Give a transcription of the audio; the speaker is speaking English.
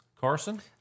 Carson